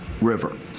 river